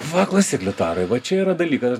va klausyk liutaurai va čia yra dalykas